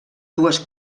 dues